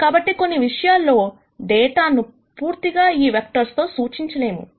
కాబట్టి కొన్ని విషయాలలో డేటాను పూర్తిగా ఈ వెక్టర్స్ తో సూచించలేము